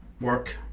work